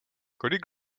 kolik